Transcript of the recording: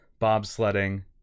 bobsledding